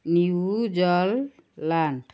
New Zealand